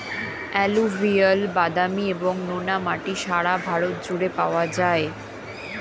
alluvial, বাদামি এবং নোনা মাটি সারা ভারত জুড়ে পাওয়া যায়